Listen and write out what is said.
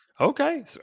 Okay